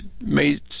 made